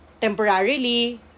temporarily